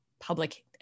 public